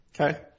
Okay